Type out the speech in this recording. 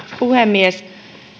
puhemies